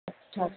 اچھا اچھا